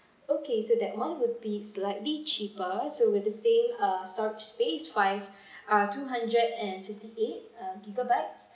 okay so that [one] will be slightly cheaper so with the same uh storage space for uh two hundred and fifty-eight uh gigabytes